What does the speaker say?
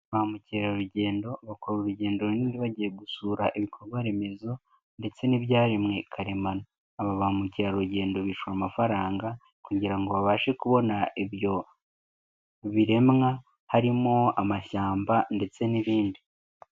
Ba mukerarugendo bakora urugendo runini bagiye gusura ibikorwa remezo, ndetse n'ibyaremwe karemano, aba ba mukerarugendo bishora amafaranga, kugirango ngo babashe kubona ibyo biremwa, harimo amashyamba ndetse n'ibindi.